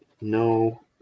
No